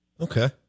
Okay